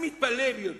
אני מתפלא ביותר.